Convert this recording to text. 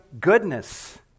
goodness